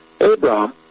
Abraham